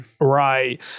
Right